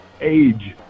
Age